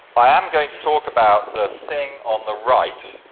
i am going to talk about the thing on the right.